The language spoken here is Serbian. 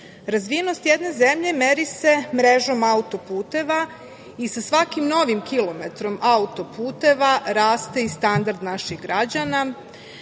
jedne zemlje meri se mrežom autoputeva i sa svakim novim kilometrom autoputeva raste i standard naših građana,